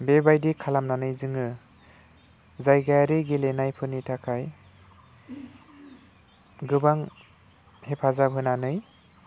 बेबायदि खालामनानै जोङो जायगायारि गेलेनायफोरनि थाखाय गोबां हेफाजाब होनानै